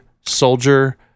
soldier